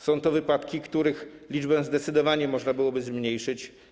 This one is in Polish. Są to wypadki, których liczbę zdecydowanie można byłoby zmniejszyć.